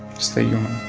stay human